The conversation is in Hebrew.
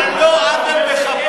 שטויות, על לא עוול בכפם.